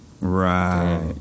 right